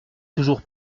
toujours